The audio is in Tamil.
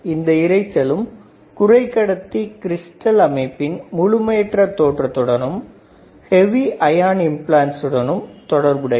இந்த இரைச்சலும் குறைக்கடத்தி கிரிஸ்டல் அமைப்பின் முழுமையற்ற தோற்றத்துடனும் ஐயான் இம்பிளான்ட்டுடனும் தொடர்புடையது